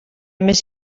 més